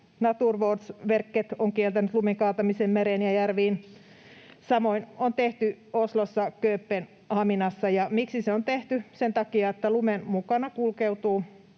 Naturvårdsverket on kieltänyt lumen kaatamisen mereen ja järviin. Samoin on tehty Oslossa ja Kööpenhaminassa. Ja miksi se on tehty? Sen takia, että lumen mukana kulkeutuu